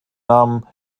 namen